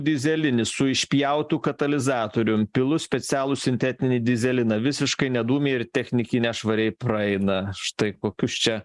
dyzelinis su išpjautu katalizatorium pilu specialų sintetinį dyzeliną visiškai nedūmija ir technikinę švariai praeina štai kokius čia